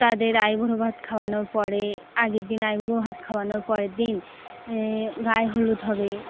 তাদের আইবুড়ো ভাত খাওয়ানোর পরে আগের দিন আইবুড়ো ভাত খাওয়ানোর পরের দিন গায়ে হলুদ হবে